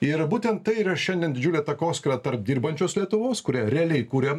ir būtent tai yra šiandien didžiulė takoskyra tarp dirbančios lietuvos kurią realiai kuriam